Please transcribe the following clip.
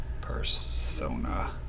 persona